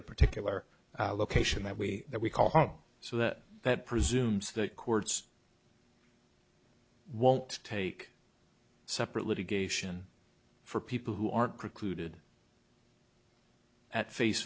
the particular location that we that we call home so that that presumes that courts won't take separate litigation for people who aren't precluded at face